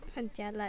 很 jialat